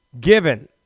given